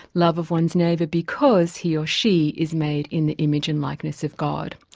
love of one's neighbour because he or she is made in the image and likeness of god.